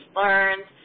learns